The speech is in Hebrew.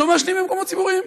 לא מעשנים במקומות ציבוריים.